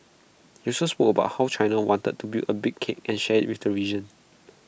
he also spoke about how China wanted to build A big cake and share IT with the region